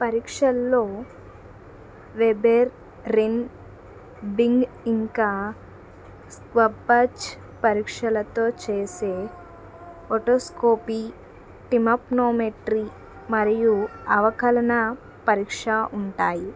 పరీక్షలలో Weber Rinne Bing ఇంకా Schwabach పరీక్షలతో చేసే ఒటోస్కోపీ టిమప్నోమెట్రీ మరియు అవకలన పరీక్ష ఉంటాయి